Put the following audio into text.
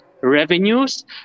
revenues